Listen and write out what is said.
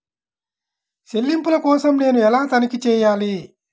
చెల్లింపుల కోసం నేను ఎలా తనిఖీ చేయాలి?